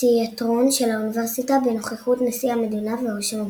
באמפיתיאטרון של האוניברסיטה בנוכחות נשיא המדינה וראש הממשלה.